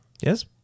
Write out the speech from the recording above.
Yes